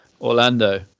orlando